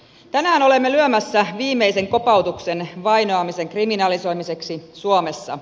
tänään olemme lyömässä viimeisen kopautuksen vainoamisen kriminalisoimiseksi suomessa